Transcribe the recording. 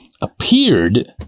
appeared